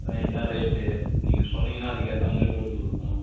அதுதான் இதுதான் ரேட்டு நீங்கள் சொன்னீங்கன்னால் அதுக்கேற்ற மாதிரி ஓட்டி கொடுப்போம்